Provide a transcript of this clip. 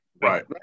Right